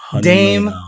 Dame